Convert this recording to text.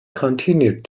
continued